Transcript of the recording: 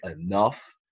enough